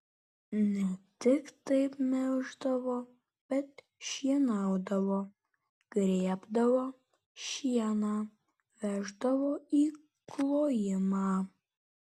ne tik taip melždavo bet šienaudavo grėbdavo šieną veždavo į klojimą